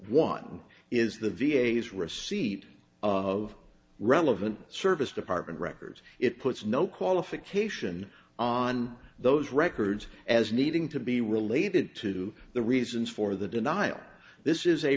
one is the v a s receipt of relevant service department records it puts no qualification on those records as needing to be related to the reasons for the denial this is a